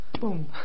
Boom